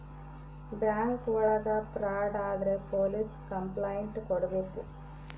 bank ಒಳಗ fraud ಆದ್ರೆ police complaint ಕೊಡ್ಬೇಕು